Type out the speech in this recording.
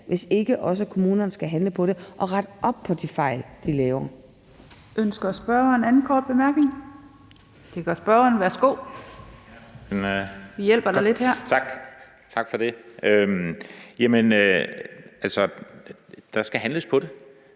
hvis ikke også kommunerne skal handle på det og rette op på de fejl, de laver.